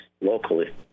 locally